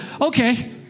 Okay